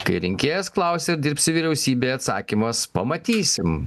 kai rinkėjas klausia dirbsi vyriausybėj atsakymas pamatysim